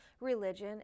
religion